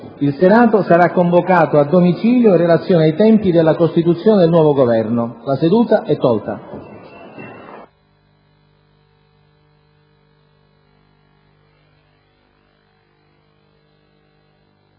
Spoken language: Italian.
Il Senato sara` convocato a domicilio in relazione ai tempi della costituzione del nuovo Governo. La seduta e` tolta